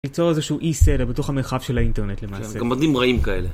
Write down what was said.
ייצור איזה שהוא אי סדר בתוך המרחב של האינטרנט למעשה גמדים רעים כאלה.